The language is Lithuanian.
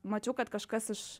mačiau kad kažkas iš